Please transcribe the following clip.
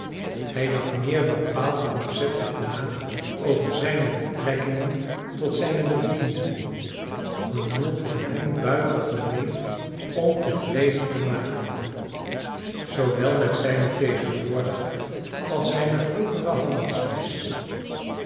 hij dacht meer bepaald en opzettelijk na over zijne betrekkingen tot zijne bedienden genoeg om hem buitengemeen ontevreden te maken zoowel met zijne tegenwoordige als zijne vroegere